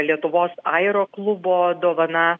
lietuvos aeroklubo dovana